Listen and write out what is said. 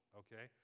okay